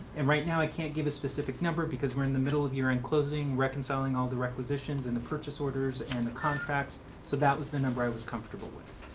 and right now i can't give a specific number because we're in the middle of year-end closing, reconciling all the requisitions and the purchase orders and the contracts so that was the number i was comfortable with.